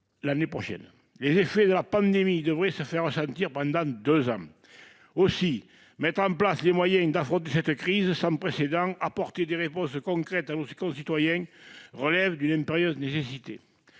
l'année prochaine. Les effets de la pandémie devraient se faire sentir pendant deux ans. Aussi, mettre en place les moyens d'affronter cette crise sans précédent et d'apporter des réponses concrètes à nos concitoyens relève d'une impérieuse nécessité.